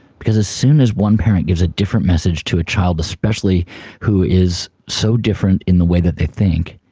because as soon as one parent gives a different message to a child, especially one who is so different in the way that they think,